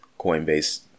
Coinbase